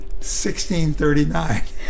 1639